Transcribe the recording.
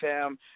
fam